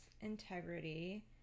integrity